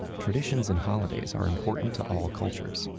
traditions and holidays are important to all cultures,